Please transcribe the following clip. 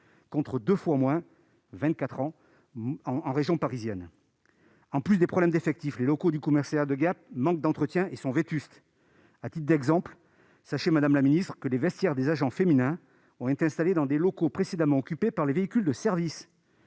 soit deux fois moins, en région parisienne. Outre les problèmes d'effectifs, les locaux du commissariat de Gap manquent d'entretien et sont vétustes. À titre d'exemple, sachez, madame la ministre, que les vestiaires des agents féminins ont été installés dans des locaux précédemment occupés par les véhicules de service